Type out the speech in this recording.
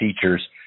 teachers